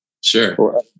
Sure